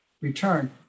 return